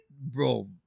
Bro